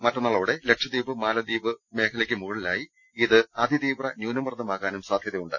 മറ്റന്നാളോടെ ലക്ഷദ്വീപ് മാലിദ്വീപ് മേഖലയ്ക്ക് മുകളിലായി ഇത് അതി തീവ്ര ന്യൂനമർദ്ദമാകാനും സാധ്യതയുണ്ട്